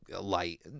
light